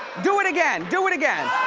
do it again, do it again,